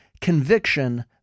conviction